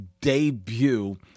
debut